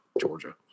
Georgia